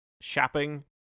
shopping